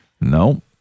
no